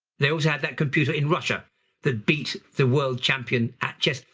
they also had that computer in russia that beat the world champion at chess.